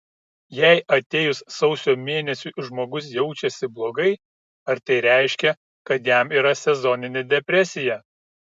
jei atėjus sausio mėnesiui žmogus jaučiasi blogai ar tai reiškia kad jam yra sezoninė depresija